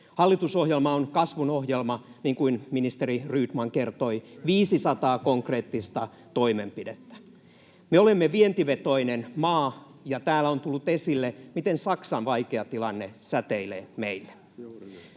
Hallitusohjelma on kasvun ohjelma, niin kuin ministeri Rydman kertoi: 500 konkreettista toimenpidettä. Me olemme vientivetoinen maa, ja täällä on tullut esille, miten Saksan vaikea tilanne säteilee meille.